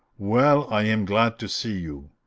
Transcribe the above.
well, i am glad to see you!